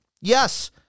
yes